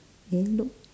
eh look